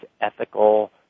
ethical